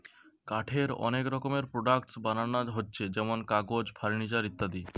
কাঠের অনেক রকমের প্রোডাক্টস বানানা হচ্ছে যেমন কাগজ, ফার্নিচার ইত্যাদি